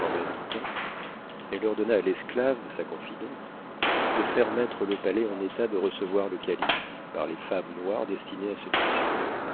en même temps elle ordonna à l'esclave sa confidente de faire mettre le palais en état de recevoir le calife par les femmes noires destinées à ce ministère